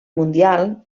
mundial